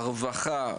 הרווחה,